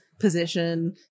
position